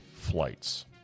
flights